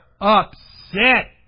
upset